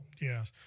Yes